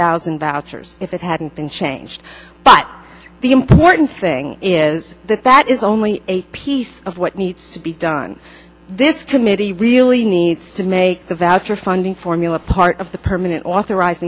thousand vouchers if it hadn't been changed but the important thing is that that is only a piece of what needs to be done this committee really needs to make the vaster funding formula part of the permanent authori